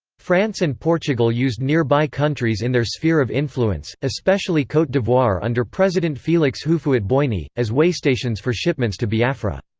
france and portugal used nearby countries in their sphere of influence, especially cote d'ivoire under president felix houphouet-boigny, as waystations for shipments to biafra.